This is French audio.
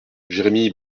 jérémy